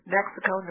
Mexico